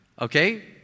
okay